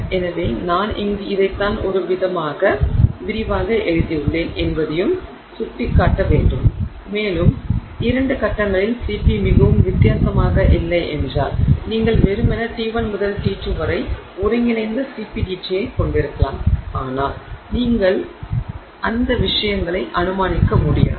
எனவே நான் இங்கு இதைதான் ஒரு விதமாக விரிவாக எழுதியுள்ளேன் என்பதையும் சுட்டிக்காட்ட வேண்டும் மேலும் இரண்டு கட்டங்களில் Cp மிகவும் வித்தியாசமாக இல்லை என்றால் நீங்கள் வெறுமனே T1 முதல் T2 வரை ஒருங்கிணைந்த Cp dT யைக் கொண்டிருக்கலாம் ஆனால் நீங்கள் அந்த விஷயங்களை அனுமானிக்க முடியாது